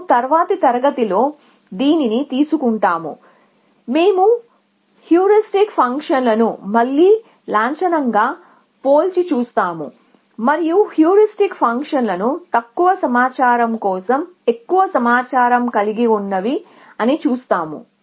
మేము తరువాతి తరగతిలో దీనిని తీసుకుంటాము మేము హ్యూరిస్టిక్ ఫంక్షన్లను మళ్ళీ లాంఛనంగా పోల్చి చూస్తాము మరియు హ్యూరిస్టిక్ ఫంక్షన్లు తక్కువ సమాచారం కోసం ఎక్కువ సమాచారం కలిగి ఉన్నవి అని చూపిస్తాము